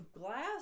glass